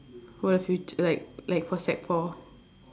for your fut~ like like for sec four